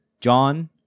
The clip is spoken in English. John